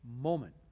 moment